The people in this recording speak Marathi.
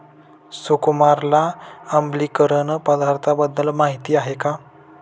सुकुमारला आम्लीकरण पदार्थांबद्दल माहिती आहे का?